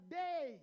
day